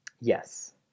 Yes